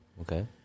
Okay